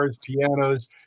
pianos